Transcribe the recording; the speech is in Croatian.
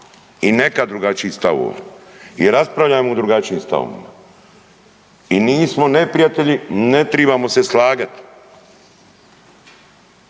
i neka drugačijih stavova i raspravljamo u drugačijim stavovima i nismo neprijatelji, ne tribamo se slagat.